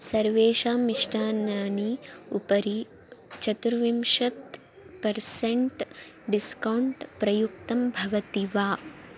सर्वेषां मिष्टान्नानाम् उपरि चतुर्विंशतिः पर्सेण्ट् डिस्कौण्ट् प्रयुक्तं भवति वा